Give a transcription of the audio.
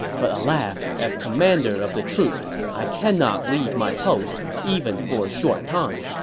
but alas, as commander of the troops, i cannot leave my post even for a short time.